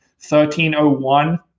1301